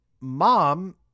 mom